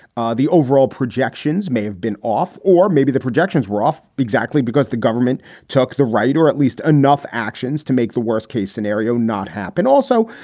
ah the overall projections may have been off or maybe the projections were off. exactly because the government took the right or at least enough actions to make the worst case scenario not happen also.